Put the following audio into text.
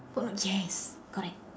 phoon huat yes correct